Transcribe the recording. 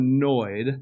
annoyed